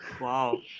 Wow